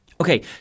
Okay